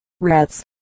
rats